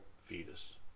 fetus